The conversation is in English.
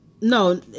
No